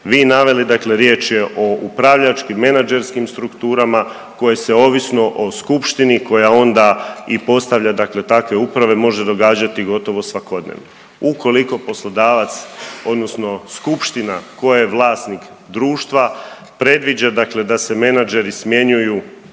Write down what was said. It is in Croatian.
vi naveli, dakle riječ je o upravljačkim menadžerskim strukturama koje se ovisno o skupštini koja onda i postavlja dakle takve uprave može događati gotovo svakodnevno. Ukoliko poslodavac odnosno skupština koja je vlasnik društva predviđa dakle da se menadžeri smjenjuju